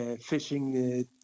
fishing